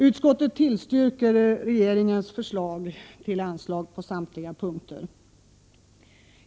Utskottet tillstyrker regeringens förslag till anslag på samtliga punkter.